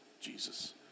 Jesus